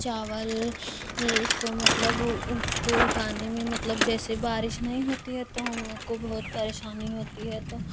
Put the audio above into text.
चावल को मतलब उसको उगने में मतलब जैसे बारिश नहीं होती है तो हम लोग को बहुत परेशानी होती है तो